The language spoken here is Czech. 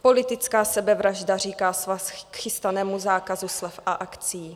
Politická sebevražda, říká svaz k chystanému zákazu slev a akcí!